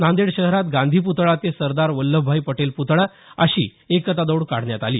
नांदेड शहरात गांधी पुतळा ते सरदार वल्लभभाई पटेल पुतळा अशी एकता दौड काढण्यात आली